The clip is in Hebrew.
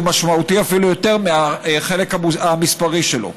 משמעותי אפילו יותר מהחלק המספרי שלו.